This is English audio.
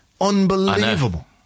Unbelievable